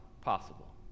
possible